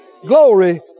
glory